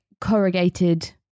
corrugated